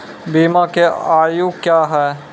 बीमा के आयु क्या हैं?